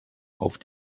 auf